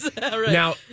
Now